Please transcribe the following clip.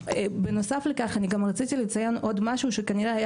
בנוסף לכך אני גם רציתי לציין עוד משהו שכנראה היה